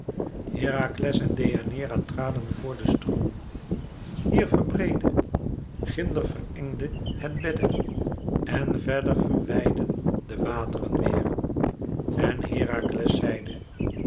herakles en deianeira traden voor den stroom hier verbreedde ginder verengde het bedde en verder verwijdden de wateren weêr en herakles zeide